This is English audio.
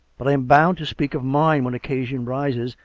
but i am bound to speak of mine when occasion rises,